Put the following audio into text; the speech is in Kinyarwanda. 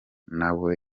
nawe